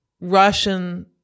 Russian